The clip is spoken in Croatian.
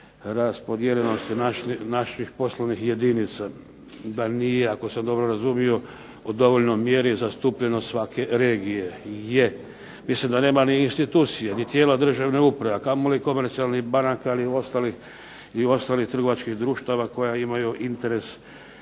raspodijeljenosti naših poslovnih jedinica da nije, ako sam dobro razumio, u dovoljnoj mjeri zastupljenost svake regije jer mislim da nema ni institucije, ni tijela državne uprave, a kamoli komercijalnih banaka ili ostalih trgovačkih društava koja imaju interes